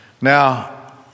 Now